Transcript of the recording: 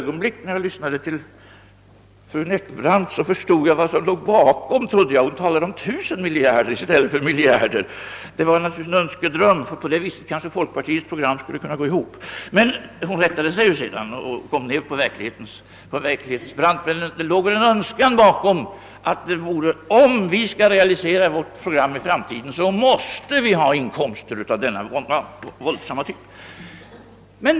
Ja, när jag lyssnade till fru Nettelbrandt trodde jag mig för ett ögonblick förstå vad som låg bakom tankegången — hon talade nämligen om 1000 miljarder. Det vore naturligtvis en önskedröm att så mycket pengar ställdes till förfogande, och på det sättet kanske folkpartiets program skulle gå ihop. Hon rättade sig emellertid sedan och kom ned till verkligheten, men det låg kanske ändå en önskan bakom det hela att verkligen få så våldsamt stora inkomster i framtiden för att kunna realisera programmet.